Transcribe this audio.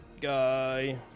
guy